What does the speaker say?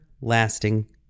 lasting